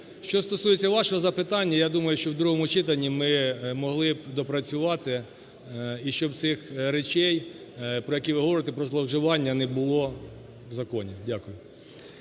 Що стосується вашого запитання, я думаю, що в другому читанні ми могли б доопрацювати, і щоб цих речей, про які ви говорите, про зловживання, не було в законі. Дякую.